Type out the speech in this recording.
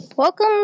Welcome